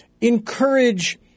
encourage